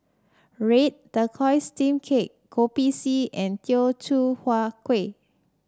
red tortoise steam cake Kopi C and Teochew Huat Kueh